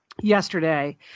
yesterday